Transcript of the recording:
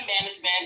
management